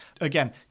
Again